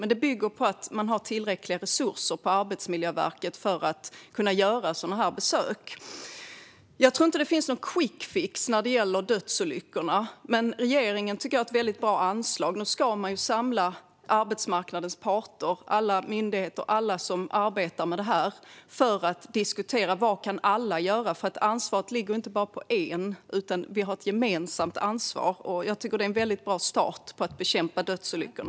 Men det bygger på att det finns tillräckliga resurser på Arbetsmiljöverket för att göra sådana besök. Jag tror inte att det finns någon quickfix när det gäller dödsolyckor, men jag tycker att regeringen har ett bra anslag. Nu ska man samla arbetsmarknadens parter, alla myndigheter och alla som arbetar med dessa frågor för att diskutera vad alla kan göra. Ansvaret ligger inte på bara en, utan det finns ett gemensamt ansvar. Det är en bra start för att bekämpa dödsolyckorna.